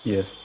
Yes